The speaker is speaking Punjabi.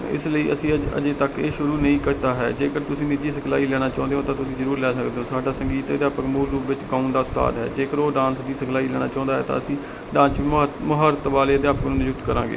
ਇਸ ਲਈ ਅਸੀਂ ਅੱਜ ਅਜੇ ਤੱਕ ਇਹ ਸ਼ੁਰੂ ਨਹੀਂ ਕੀਤਾ ਹੈ ਜੇਕਰ ਤੁਸੀਂ ਨਿੱਜੀ ਸਿਖਲਾਈ ਲੈਣਾ ਚਾਹੁੰਦੇ ਹੋ ਤਾਂ ਤੁਸੀਂ ਜ਼ਰੂਰ ਲੈ ਸਕਦੇ ਹੋ ਸਾਡਾ ਸੰਗੀਤ ਅਧਿਆਪਕ ਮੂਲ ਰੂਪ ਵਿੱਚ ਗਾਉਣ ਦਾ ਉਸਤਾਦ ਹੈ ਜੇਕਰ ਉਹ ਡਾਂਸ ਦੀ ਸਿਖਲਾਈ ਲੈਣਾ ਚਾਹੁੰਦਾ ਹੈ ਤਾਂ ਅਸੀਂ ਡਾਂਸ ਵਿੱਚ ਮੁਹਾਰਤ ਵਾਲੇ ਅਧਿਆਪਕਾਂ ਨੂੰ ਨਿਯੁਕਤ ਕਰਾਂਗੇ